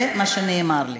זה מה שנאמר לי.